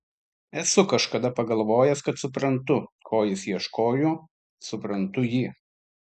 esu kažkada pagalvojęs kad suprantu ko jis ieškojo suprantu jį